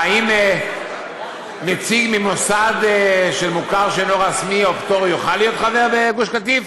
האם נציג ממוסד מוכר שאינו רשמי או פטור יוכל להיות חבר בגוש קטיף,